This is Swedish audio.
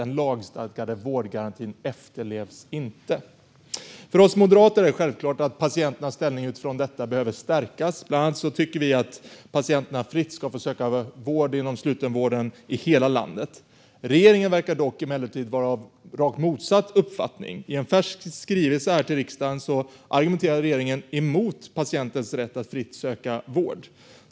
Den lagstadgade vårdgarantin efterlevs inte. För oss moderater är det självklart att patienternas ställning utifrån detta behöver stärkas. Bland annat tycker vi att patienterna fritt ska få söka vård inom slutenvården i hela landet. Regeringen verkar dock emellertid vara av rakt motsatt uppfattning. I en färsk skrivelse till riksdagen argumenterar regeringen mot patientens rätt att fritt söka vård.